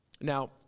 Now